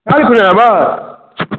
काल्हि सऽ एबै